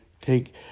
Take